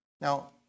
Now